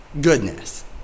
goodness